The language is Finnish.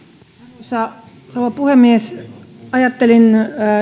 arvoisa rouva puhemies ajattelin